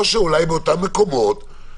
או שאולי באותם מקומות,